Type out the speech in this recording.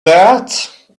that